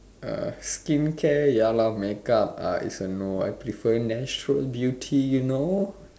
uh skincare ya lah make up uh is a no I prefer natural beauty you know